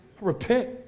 repent